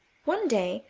one day,